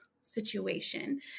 situation